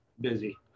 Busy